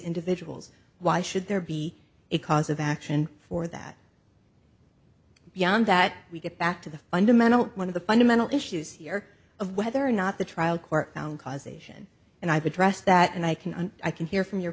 individuals why should there be a cause of action for that beyond that we get back to the fundamental one of the fundamental issues here of whether or not the trial court found causation and i've addressed that and i can and i can hear from your